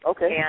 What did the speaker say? Okay